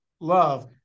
love